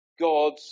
God's